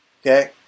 Okay